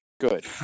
Good